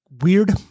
weird